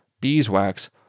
beeswax